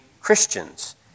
Christians